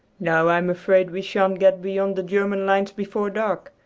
now i am afraid we shan't get beyond the german lines before dark.